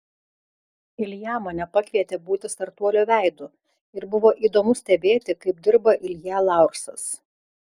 ilja mane pakvietė būti startuolio veidu ir buvo įdomu stebėti kaip dirba ilja laursas